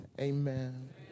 Amen